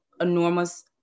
enormous